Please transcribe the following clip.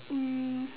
um